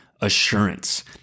assurance